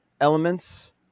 elements